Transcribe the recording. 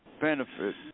benefit